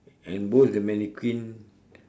and both the mannequin